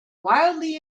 wildly